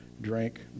drank